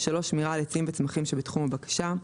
(3)שמירה על עצים וצמחים שבתחום הבקשה,